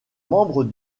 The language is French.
membre